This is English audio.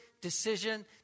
decision